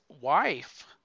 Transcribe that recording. wife